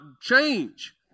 change